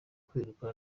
kwiruka